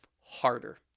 harder